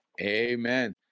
Amen